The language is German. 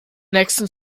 nächsten